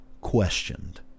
questioned